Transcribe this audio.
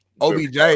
OBJ